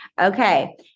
Okay